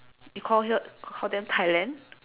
you call her call them Thailand